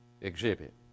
exhibit